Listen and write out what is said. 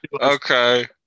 Okay